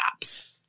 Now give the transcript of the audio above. apps